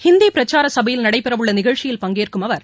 ஹிந்தி பிரச்சார சபையில் நடைபெறவுள்ள நிகழ்ச்சியில் பங்கேற்கும் அவர்